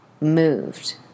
moved